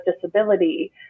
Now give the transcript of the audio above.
disability